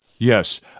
Yes